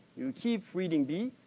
you keep reading b.